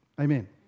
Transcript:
Amen